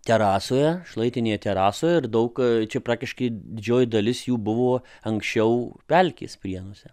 terasoje šlaitinė terasoje ir daug čia praktiškai didžioji dalis jų buvo anksčiau pelkės prienuose